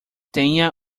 tenha